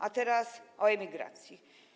A teraz o emigracji.